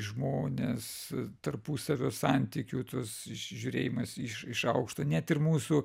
žmonės tarpusavio santykių tas žiūrėjimas iš iš aukšto net ir mūsų